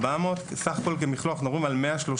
2,400,000. בסך הכל כמכלול אנחנו מדברים על 130,900,000